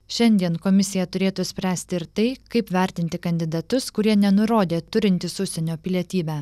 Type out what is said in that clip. šiandien komisija turėtų spręsti ir tai kaip vertinti kandidatus kurie nenurodė turintys užsienio pilietybę